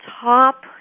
top